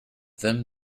them